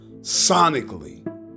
sonically